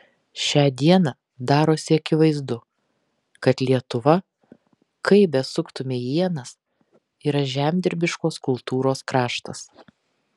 šią dieną darosi akivaizdu kad lietuva kaip besuktumei ienas yra žemdirbiškos kultūros kraštas